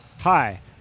Hi